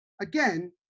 again